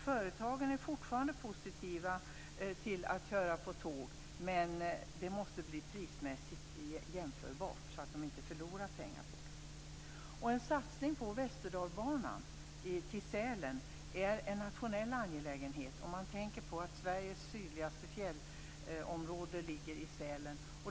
Företagen är fortfarande positiva till att köra på tåg, men det måste bli prismässigt jämförbart så att de inte förlorar pengar på det. En satsning på Västerdalsbanan till Sälen är en nationell angelägenhet, om man tänker på att Sveriges sydligaste fjällområde ligger i Sälen.